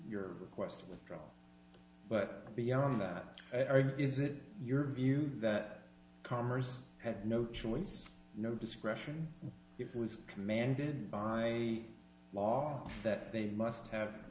your request withdrawn but beyond that is it your view that commerce had no choice no discretion if it was commanded by law that they must have